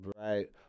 right